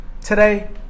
Today